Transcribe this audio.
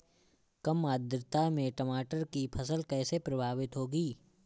कम आर्द्रता में टमाटर की फसल कैसे प्रभावित होगी?